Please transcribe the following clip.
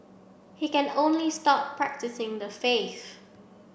he can only stop practising the faith